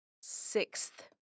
sixth